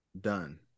Done